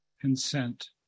consent